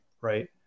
right